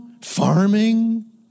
farming